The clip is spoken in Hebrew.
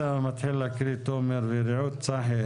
נניח בדרום, בצפון, בחברה הערבית?